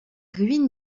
ruines